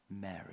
Mary